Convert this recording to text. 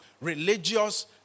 Religious